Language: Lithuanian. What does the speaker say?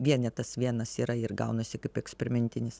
vienetas vienas yra ir gaunasi kaip eksperimentinis